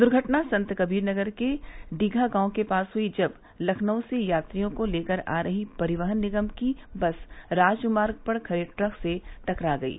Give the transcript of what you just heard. दुर्घटना संतकबीरनगर के डीघा गांव के पास हुई जब लखनऊ से यात्रियों को लेकर आ रही परिवहन निगम की बस राजमार्ग पर खड़े ट्रक से टकरा गयी